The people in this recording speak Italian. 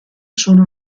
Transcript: sono